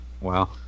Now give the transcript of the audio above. Wow